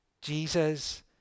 Jesus